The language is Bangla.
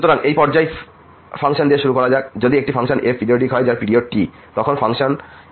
সুতরাং এই পর্যায় ফাংশন দিয়ে শুরু করা যাক যদি একটি ফাংশন f পিরিয়ডিক হয় যার পিরিয়ড T তখন ftftT